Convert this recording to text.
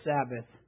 Sabbath